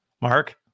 Mark